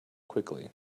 quickly